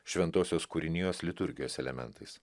šventosios kūrinijos liturgijos elementais